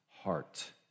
heart